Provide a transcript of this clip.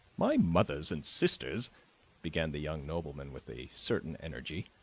my mother and sisters began the young nobleman with a certain energy.